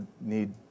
need